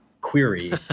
Query